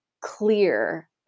clear